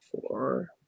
four